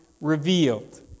revealed